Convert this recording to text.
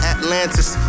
Atlantis